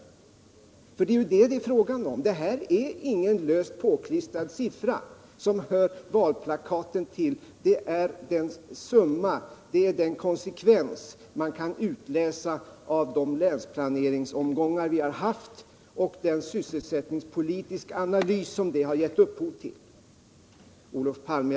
Det är ju detta det är fråga om. Det här är ingen löst påklistrad siffra som hör valplakaten till. Det är den summa, det är den konsekvens man kan utläsa ur de länsplaneringsomgångar vi har haft och den sysselsättningspolitiska analys som de har givit upphov till. Olof Palme!